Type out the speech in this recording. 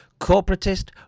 corporatist